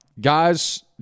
Guys